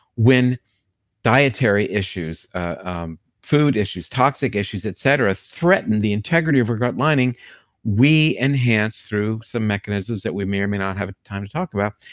when dietary issues, ah food issues, toxic issues, et cetera, threaten the integrity of our gut lining we enhance through some mechanisms that we may or may not have time to talk about,